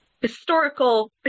historical